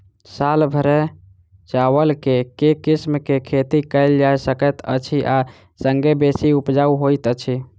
साल भैर चावल केँ के किसिम केँ खेती कैल जाय सकैत अछि आ संगे बेसी उपजाउ होइत अछि?